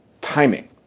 timing